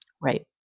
right